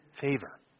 favor